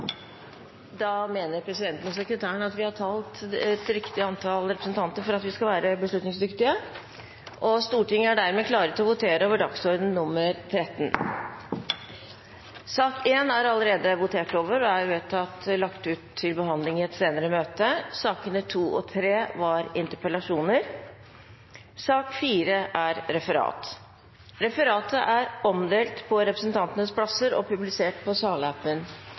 Da mener presidenten og sekretæren at vi har talt et riktig antall representanter for at vi skal være beslutningsdyktige, og Stortinget er dermed klar til å gå til votering. Sak nr. 1 er allerede votert over og er vedtatt lagt ut for behandling i et senere møte. I sakene nr. 2 og 3 foreligger det ikke noe voteringstema. Dermed er dagens kart ferdigbehandlet. Forlanger noen ordet før møtet heves? – Møtet er